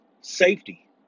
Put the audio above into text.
safety